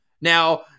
Now